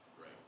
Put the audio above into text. Right